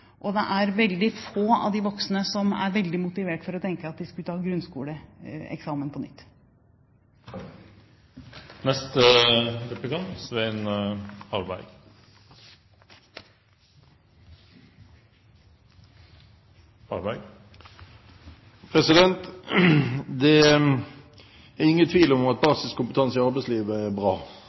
og det er veldig få av de voksne som er veldig motivert for å tenke at de skulle tatt grunnskoleeksamen på nytt. Det er ingen tvil om at basiskompetanse i arbeidslivet er bra